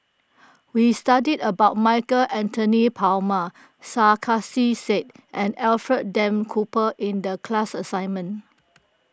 we studied about Michael Anthony Palmer Sarkasi Said and Alfred Duff Cooper in the class assignment